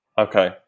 Okay